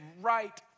right